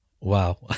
Wow